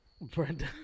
Brenda